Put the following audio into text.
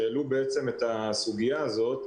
ו' באיזה שהוא שלב,